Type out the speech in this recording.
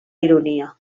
ironia